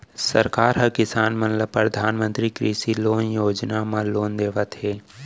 सरकार ह किसान मन ल परधानमंतरी कृषि लोन योजना म लोन देवत हे